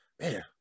man